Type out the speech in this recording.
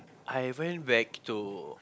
I went back to